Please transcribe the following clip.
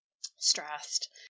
stressed